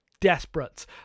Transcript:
desperate